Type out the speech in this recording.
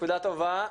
נקודה טובה.